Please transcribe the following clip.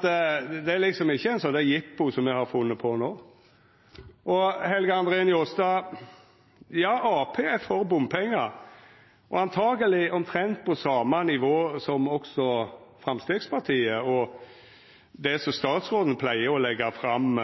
det er liksom ikkje eit jippo som me har funne på no. Til Helge André Njåstad: Ja, Arbeidarpartiet er for bompengar, og antakeleg omtrent på same nivå som det Framstegspartiet og statsråden pleier å leggja fram